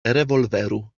rewolweru